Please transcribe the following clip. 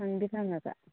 ꯐꯪꯗꯤ ꯐꯪꯉꯒ